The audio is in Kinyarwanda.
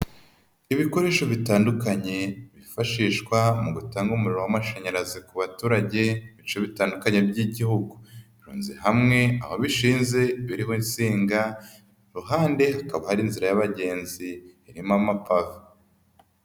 Ibikoresho bitandukanye bifashishwa mu gutanga umuriro w'amashanyarazi ku baturage, ibice bitandukanye by'igihugu. Birunze hamwe, ababishinze buriho insinga, kuruhande hakaba hari inzira y'abagenzi irimo amapave.